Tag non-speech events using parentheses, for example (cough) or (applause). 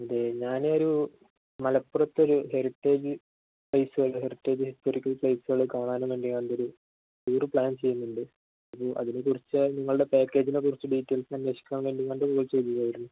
അതെ ഞാനൊരു മലപ്പുറത്തൊരു ഹെരിറ്റേജ് പ്ലേസുകള് ഹെറിറ്റേജ് ഹിസ്റ്റോറിക്കൽ പ്ലേസുകള് കാണാനും വേണ്ടി അതിൻ്റെയൊരു ടൂര് പ്ലാൻ ചെയ്യുന്നുണ്ട് അപ്പോള് അതിനെക്കുറിച്ച് നിങ്ങളുടെ പാക്കേജിനെക്കുറിച്ച് ഡീറ്റെയിൽസ് അന്വേഷിക്കാൻ വേണ്ടി (unintelligible) വിളിച്ചതായിരുന്നു